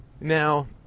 Now